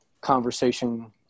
conversation